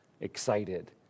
excited